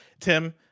tim